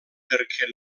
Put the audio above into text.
perquè